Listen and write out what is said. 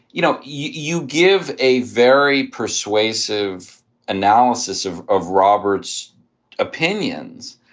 you know, you give a very persuasive analysis of of roberts opinions,